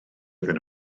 iddyn